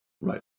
Right